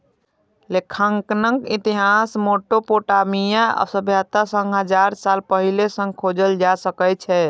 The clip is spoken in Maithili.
लेखांकनक इतिहास मोसोपोटामिया सभ्यता सं हजार साल पहिने सं खोजल जा सकै छै